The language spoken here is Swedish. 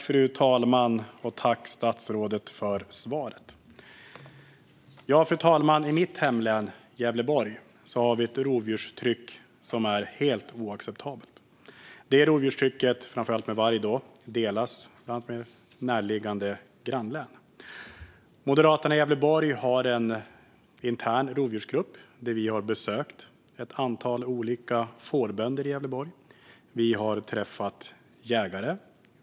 Fru talman! Tack, statsrådet för svaret! I mitt hemlän Gävleborg har vi ett rovdjurstryck som är helt oacceptabelt. Detta rovdjurstryck, framför allt med varg, delas med närliggande grannlän. Moderaterna i Gävleborg har en intern rovdjursgrupp. Vi har besökt ett antal olika fårbönder i Gävleborg. Vi har träffat jägare.